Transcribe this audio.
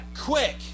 Quick